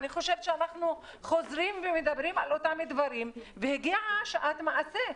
אני חושבת שאנחנו חוזרים ומדברים על אותם דברים והגיעה שעת מעשה.